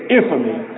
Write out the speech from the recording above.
infamy